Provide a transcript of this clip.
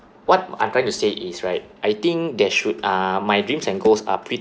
what I'm trying to say is right I think there should uh my dreams and goals are pretty